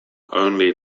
only